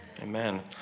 Amen